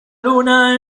luna